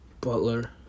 Butler